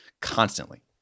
constantly